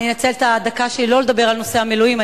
אני אנצל את הדקה שלי לא לדבר על נושא המילואים,